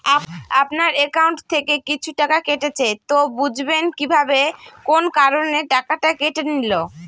আপনার একাউন্ট থেকে কিছু টাকা কেটেছে তো বুঝবেন কিভাবে কোন কারণে টাকাটা কেটে নিল?